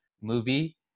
movie